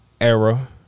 ERA